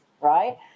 right